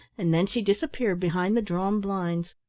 and then she disappeared behind the drawn blinds.